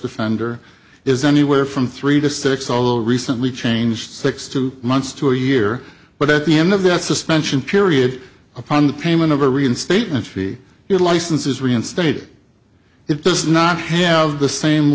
offender is anywhere from three to six although recently change six two months to a year but at the end of that suspension period upon the payment of a reinstatement free your license is reinstated it does not have the same